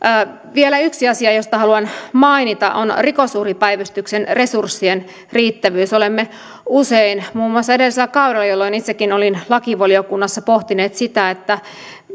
vielä yksi asia josta haluan mainita on rikosuhripäivystyksen resurssien riittävyys olemme usein muun muassa edellisellä kaudella jolloin itsekin olin lakivaliokunnassa pohtineet sitä että